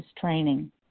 training